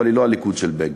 אבל היא לא הליכוד של בגין.